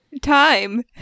Time